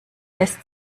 lässt